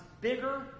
bigger